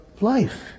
life